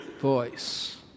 voice